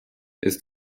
ist